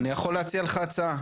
אני יכול להציע לך הצעה.